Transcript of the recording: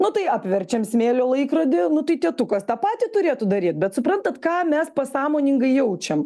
nu tai apverčiam smėlio laikrodį nu tai tėtukas tą patį turėtų daryt bet suprantat ką mes pasąmoningai jaučiam